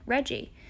Reggie